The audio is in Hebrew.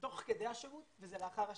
תוך כדי השירות ולאחר השירות.